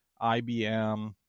IBM